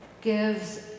gives